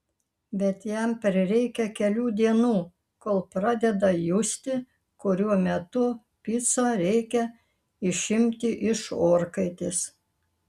bet jam prireikia kelių dienų kol pradeda justi kuriuo metu picą reikia išimti iš orkaitės